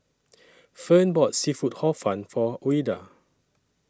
Fern bought Seafood Hor Fun For Ouida